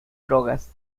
drogas